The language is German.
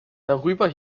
darüber